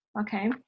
Okay